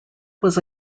was